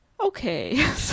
Okay